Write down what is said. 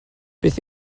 beth